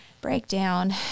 breakdown